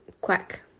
quack